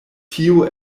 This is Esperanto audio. tio